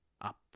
Up